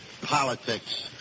politics